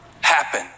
happen